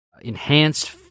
enhanced